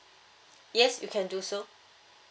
yes you can do so